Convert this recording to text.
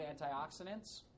antioxidants